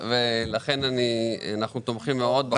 לכן אנחנו תומכים מאוד בחוק הזה.